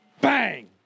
Bang